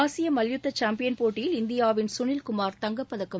ஆசிய மல்யுத்த சாம்பியன் போட்டியில் இந்தியாவின் சுனில் சுமார் தங்கப் பதக்கம்